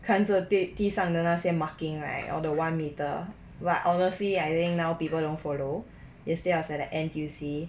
看着地上的那些 marking right or the one meter but honestly I think now people don't follow yesterday I was at the N_T_U_C